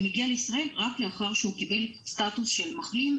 הוא מגיע לישראל רק לאחר שהוא קיבל סטטוס של מחלים,